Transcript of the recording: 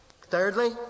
Thirdly